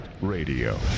Radio